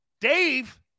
Dave